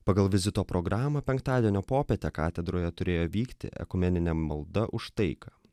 pagal vizito programą penktadienio popietę katedroje turėjo vykti ekumenine malda už taiką